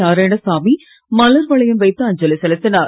நாராயணசாமி மலர் வளையம் வைத்து அஞ்சலி செலுத்தினார்